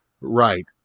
Right